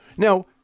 Now